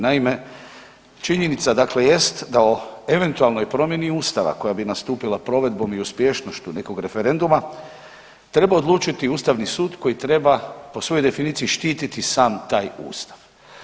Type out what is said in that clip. Naime, činjenica jest da o eventualnoj promjeni Ustava koja bi nastupila provedbom i uspješnošću nekog referenduma treba odlučiti Ustavni sud koji treba po svoj definiciji štititi sam taj Ustav.